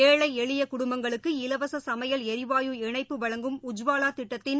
ஏழைஎளியகுடும்பங்களுக்கு இலவசசமையல் எரிவாயு இணைப்பு வழங்கும் உஜ்வாலாதிட்டத்தின்